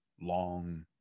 long